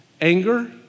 Anger